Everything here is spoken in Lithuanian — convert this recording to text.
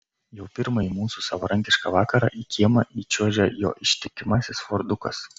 jau pirmąjį mūsų savarankišką vakarą į kiemą įčiuožia jo ištikimasis fordukas